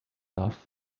off